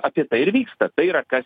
apie tai ir vyksta tai yra kas